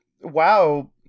wow